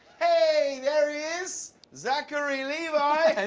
hey, there he is. zachary levi.